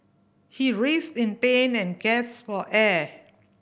he writhed in pain and gasped for air